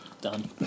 Done